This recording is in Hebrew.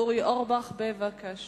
441 ו-442.